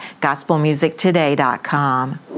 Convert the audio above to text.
GospelMusicToday.com